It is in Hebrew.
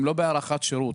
הם לא בהארכת שירות,